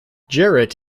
jarrett